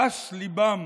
גס ליבם